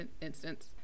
instance